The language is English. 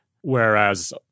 Whereas